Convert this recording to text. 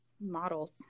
models